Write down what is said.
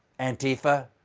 antifa.